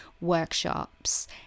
workshops